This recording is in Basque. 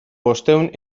bostehun